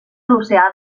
l’oceà